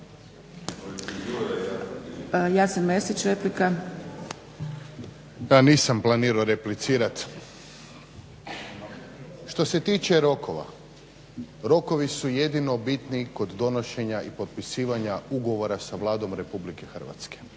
Jasen (HDZ)** Ja nisam planirao replicirati. Što se tiče rokova, rokovi su jedino bitni kod donošenja i potpisivanja ugovora sa Vladom Republike Hrvatske.